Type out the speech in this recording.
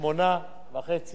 מה שאמרתי קודם,